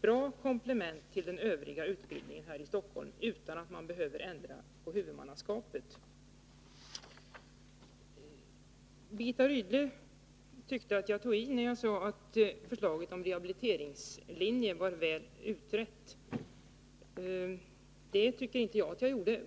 bra komplement till den övriga utbildningen här i Stockholm, utan att man behöver ändra på huvudmannaskapet. Birgitta Rydle tyckte att jag tog i när jag sade att förslaget om en rehabiliteringslinje var väl utrett. Det tycker inte jag att jag gjorde.